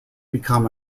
become